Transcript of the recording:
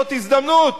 זאת הזדמנות,